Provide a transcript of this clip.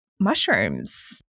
mushrooms